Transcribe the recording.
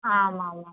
आम् आमाम्